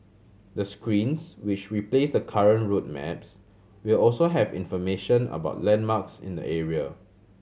the screens which replace the current route maps will also have information about landmarks in the area